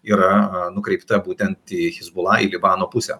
yra nukreipta būtent į hezbollah į libano pusę